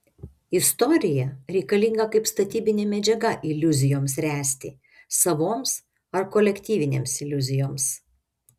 istorija reikalinga kaip statybinė medžiaga iliuzijoms ręsti savoms ar kolektyvinėms iliuzijoms